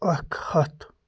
اَکھ ہَتھ